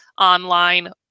online